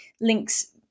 links